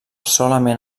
solament